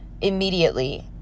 immediately